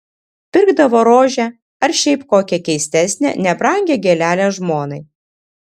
pirkdavo rožę ar šiaip kokią keistesnę nebrangią gėlelę žmonai